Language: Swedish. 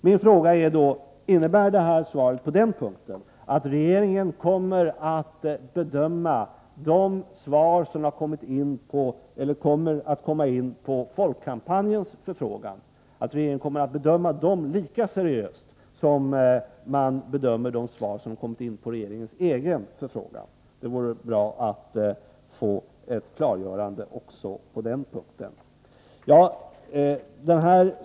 Min fråga är då: Innebär svaret på den punkten att regeringen kommer att bedöma de svar som kommer in efter Folkkampanjens förfrågan lika seriöst som man bedömer de svar som kommit in efter regeringens egen förfrågan? Det vore bra att få ett klargörande också på den punkten.